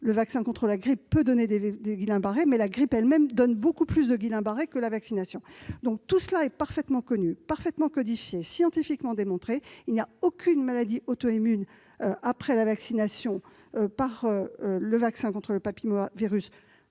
le vaccin contre la grippe peut donner des Guillain-Barré, mais la grippe elle-même entraîne beaucoup plus de Guillain-Barré que la vaccination. Tout cela est parfaitement connu, parfaitement codifié, scientifiquement démontré. Je le répète, il n'y a aucune maladie auto-immune après la vaccination contre le papillomavirus,